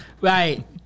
Right